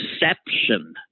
perception